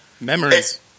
memories